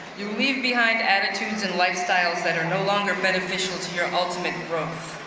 you leave behind attitudes and lifestyles that are no longer beneficial to your ultimate growth.